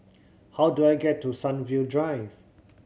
how do I get to Sunview Drive